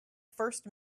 first